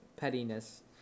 Pettiness